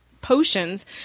potions